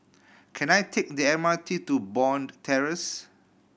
can I take the M R T to Bond Terrace